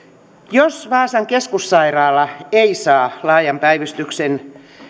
jos vaasan keskussairaala ei saa laajan päivystyksen